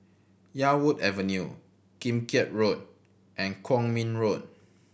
Yarwood Avenue Kim Keat Road and Kwong Min Road